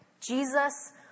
Jesus